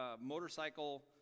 motorcycle